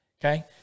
okay